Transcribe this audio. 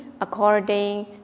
according